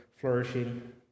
flourishing